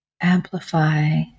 Amplify